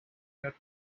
your